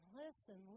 listen